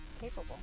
capable